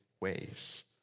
ways